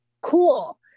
cool